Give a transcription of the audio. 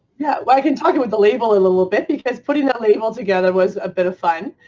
yeah, i can talk about the label a little bit because putting that label together was a bit of fun.